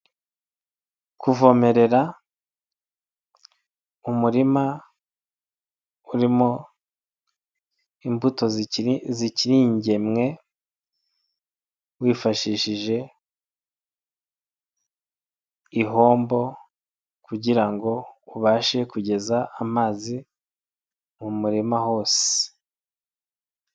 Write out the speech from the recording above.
Kuvomerera umurima urimo imbuto zikiri ingemwe wifashishije ihombo kugira ngo ubashe kugeza amazi mu murima hose.